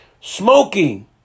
Smoking